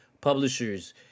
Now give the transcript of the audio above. Publishers